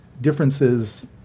differences